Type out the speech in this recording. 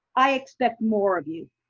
i expect more of you.